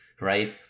right